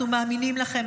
אנחנו מאמינים לכם,